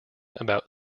about